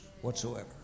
whatsoever